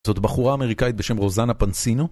זאת בחורה אמריקאית בשם רוזאנה פנסינו